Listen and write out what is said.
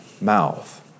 mouth